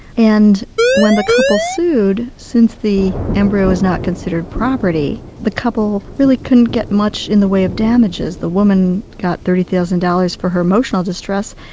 and when the couple sued, since the embryo was not considered property, the couple really couldn't get much in the way of damages. the woman got thirty thousand dollars for her emotional distress,